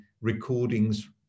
recordings